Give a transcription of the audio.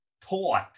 taught